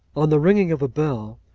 on the ringing of a bell,